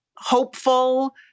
hopeful